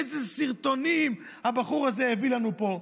איזה סרטונים הבחור הזה הביא לפה.